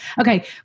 Okay